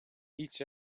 each